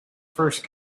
first